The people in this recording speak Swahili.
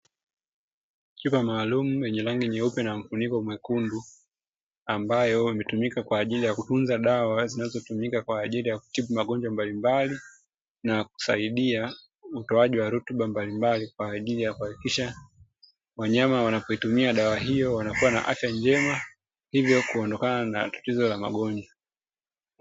Chupa maalumu lenye rangi nyeupe na mfuniko mwekundu, ambayo imetumika kwa ajili ya kutunza dawa inayotumika kwa ajili ya kutibu magonjwa mbalimbali, na kusaidia utoaji wa rutuba mbalimbali, kwa ajili ya kuhakikisha wanyama wanapoitumia dawa hiyo, wanakuwa na afya njema, hivyo kuondokana na tatizo la magonjwa.